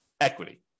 equity